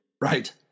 right